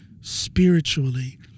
spiritually